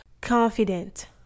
confident